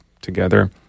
together